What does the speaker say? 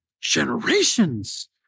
generations